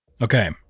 Okay